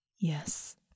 Yes